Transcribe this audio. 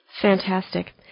Fantastic